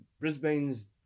Brisbane's